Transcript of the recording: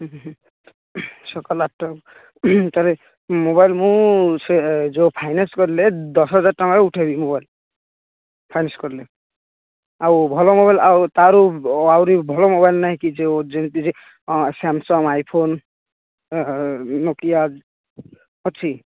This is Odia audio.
ସକାଳ ଆଠଟାରୁ ତା'ହେଲେ ମୋବାଇଲ ମୁଁ ସେ ଯେଉଁ ଫାଇନାନ୍ସ କରିଲେ ଦଶହଜାର ଟଙ୍କାର ଉଠେଇବି ମୋବାଇଲ ଫାଇନାନ୍ସ କଲେ ଆଉ ଭଲ ମୋବାଇଲ ଆଉ ତା'ରୁ ଆହୁରି ଭଲ ମୋବାଇଲ ନାହିଁକି ଯେଉଁ ଯେମିତିକି ସାମସଙ୍ଗ ଆଇଫୋନ ନୋକିଆ ଅଛି